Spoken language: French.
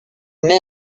met